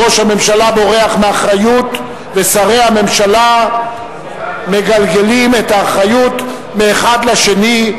ראש הממשלה בורח מאחריות ושרי הממשלה מגלגלים את האחריות מאחד לשני.